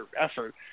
effort